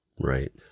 Right